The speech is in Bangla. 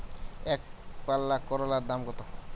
একপাল্লা করলার দাম কত?